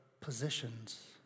positions